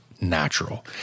natural